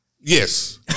yes